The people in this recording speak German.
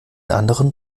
anderen